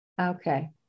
Okay